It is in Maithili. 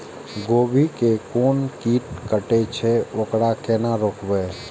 गोभी के कोन कीट कटे छे वकरा केना रोकबे?